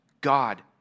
God